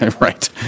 Right